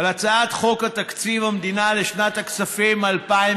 על הצעת חוק תקציב המדינה לשנת הכספים 2019